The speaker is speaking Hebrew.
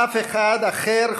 אף אחד אחר,